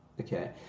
Okay